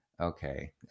okay